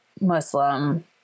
Muslim